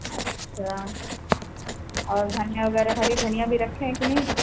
अच्छा और धनिया वगैरह हरी धनिया भी रखे हैं कि नहीं